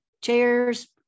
Chairs